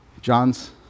John's